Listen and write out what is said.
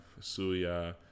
Suya